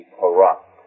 corrupt